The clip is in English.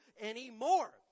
anymore